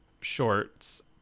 shorts